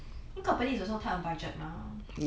think company is also tight on budget mah